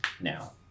Now